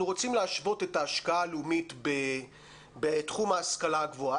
רוצים להשוות את ההשקעה הלאומית בתחום ההשכלה הגבוהה,